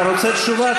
אתה רוצה תשובה,